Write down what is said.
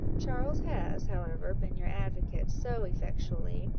charles has, however, been your advocate so effectually,